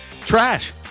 Trash